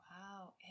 Wow